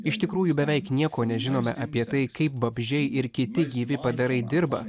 iš tikrųjų beveik nieko nežinome apie tai kaip vabzdžiai ir kiti gyvi padarai dirba